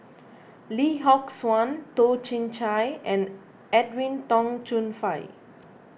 Lee Yock Suan Toh Chin Chye and Edwin Tong Chun Fai